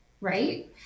right